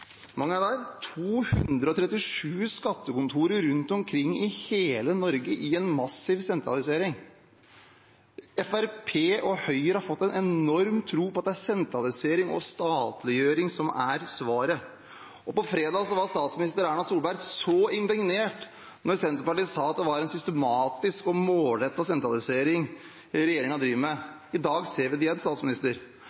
237 skattekontorer rundt omkring i hele Norge i en massiv sentralisering. Fremskrittspartiet og Høyre har fått en enorm tro på at det er sentralisering og statliggjøring som er svaret. Fredag var statsminister Erna Solberg indignert da Senterpartiet sa det var en systematisk og målrettet sentralisering regjeringen driver med.